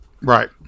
right